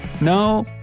No